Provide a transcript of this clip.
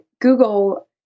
Google